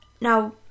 Now